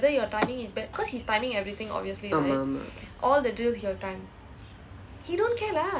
ஆமாம் ஆமாம்:aamaam aamaam